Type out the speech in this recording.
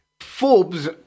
Forbes